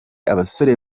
abasore